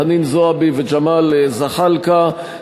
חנין זועבי וג'מאל זחאלקה,